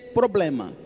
problema